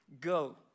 go